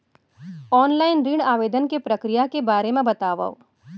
Online ऋण आवेदन के प्रक्रिया के बारे म बतावव?